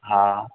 हा